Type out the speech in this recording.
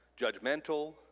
judgmental